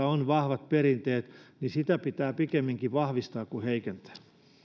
on vahvat perinteet niin sitä pitää pikemminkin vahvistaa kuin heikentää